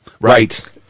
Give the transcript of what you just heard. Right